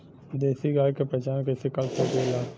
देशी गाय के पहचान कइसे कर सकीला?